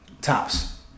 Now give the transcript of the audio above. tops